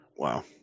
Wow